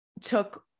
took